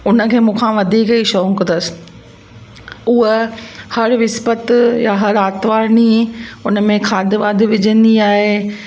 उन खे मूंखां वधीक ई शौक़ु अथसि उहा हर विसपत या हर आरितवारु ॾींहुं उन में खाद वाद विझंदी आहे